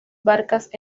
barcas